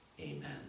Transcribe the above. Amen